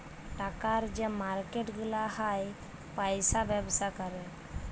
টাকার যে মার্কেট গুলা হ্যয় পয়সার ব্যবসা ক্যরে